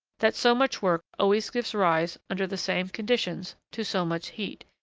that so much work always gives rise, under the same conditions, to so much heat,